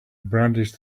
brandished